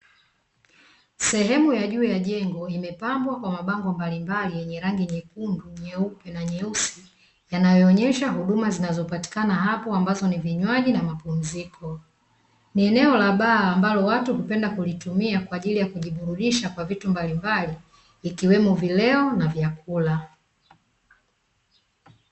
Sehemu ya juu ya jengo imepambwa kwa mabango mbalimbali yenye rangi nyekundu, nyeupe na nyeusi yanayoonyesha huduma zinazopatikana hapo ambazo ni vinywaji na mapumziko. Ni eneo la baa watu wanalopenda kulitumia kwa ajili ya kujiburudisha kwa vitu mbalimbali kwa ajili ya vinywaji vya kileo na chakula.